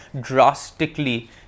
drastically